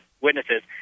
witnesses